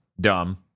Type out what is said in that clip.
dumb